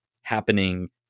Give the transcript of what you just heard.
happening